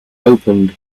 opened